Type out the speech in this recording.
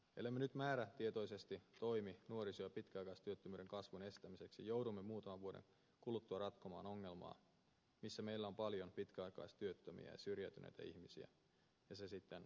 ellemme nyt määrätietoisesti toimi nuoriso ja pitkäaikaistyöttömyyden kasvun estämiseksi joudumme muutaman vuoden kuluttua ratkomaan ongelmaa missä meillä on paljon pitkäaikaistyöttömiä ja syrjäytyneitä ihmisiä ja se sitten vasta maksaakin